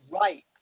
right